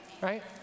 right